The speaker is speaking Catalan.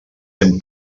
hem